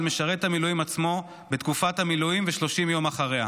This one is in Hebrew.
משרת המילואים עצמו בתקופת המילואים ו-30 יום אחריה.